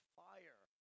fire